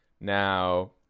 Now